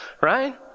right